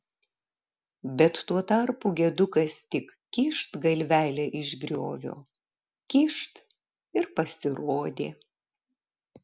bet tuo tarpu gedukas tik kyšt galvelę iš griovio kyšt ir pasirodė